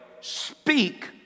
speak